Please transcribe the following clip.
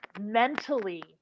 mentally